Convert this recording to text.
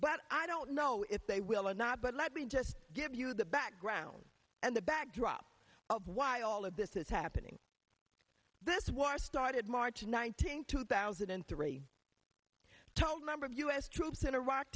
but i don't know if they will or not but let me just give you the background and the backdrop of why all of this is happening this war started march nineteenth two thousand and three told number of u s troops in iraq